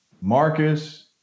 Marcus